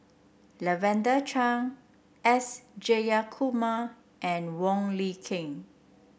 Lavender Chang S Jayakumar and Wong Lin Ken